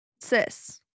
sis